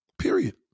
Period